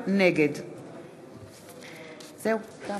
נגד רבותי,